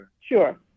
Sure